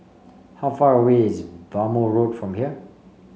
how far away is Bhamo Road from here